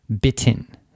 bitten